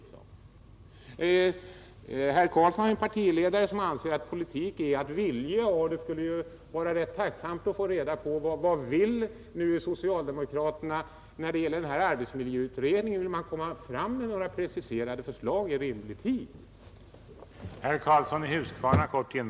Herr Karlsson i Huskvarna har en partiledare som anser att politik är att vilja, och det skulle ju vara tacksamt att då få reda på vad socialdemokraterna vill med arbetsmiljöutredningen. Vill man komma fram till några preciserade förslag i rimlig tid?